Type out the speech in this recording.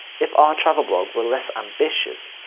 if our travel blog were less ambitious,